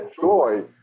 joy